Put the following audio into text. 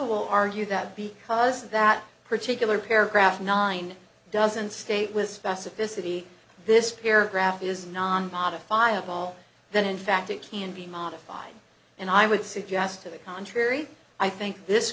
counsel argued that because that particular paragraph nine doesn't state with specificity this paragraph is non modifiable that in fact it can be modified and i would suggest to the contrary i think this